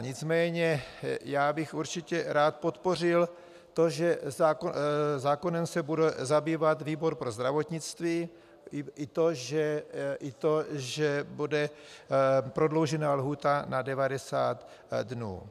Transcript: Nicméně já bych určitě rád podpořil to, že zákonem se bude zabývat výbor pro zdravotnictví, i to, že bude prodloužena lhůta na 90 dnů.